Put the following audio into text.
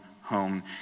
home